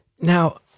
Now